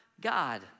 God